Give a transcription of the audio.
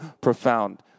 profound